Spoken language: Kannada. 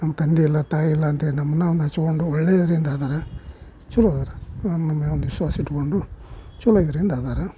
ನಮ್ಮ ತಂದೆ ಇಲ್ಲ ತಾಯಿ ಇಲ್ಲ ಅಂತ್ಹೇಳಿ ನಮ್ಮನ್ನ ಒಂದು ಹಚ್ಚಿಕೊಂಡು ಒಳ್ಳೆಯ ರೀತಿಯಿಂದ ಅದಾರ ಚಲೋ ಅದಾರ ನಮ್ಮ ಮೇಲೆ ಒಂದು ವಿಶ್ವಾಸ ಇಟ್ಟುಕೊಂಡು ಚಲೋ ಇದರಿಂದ ಅದಾರೆ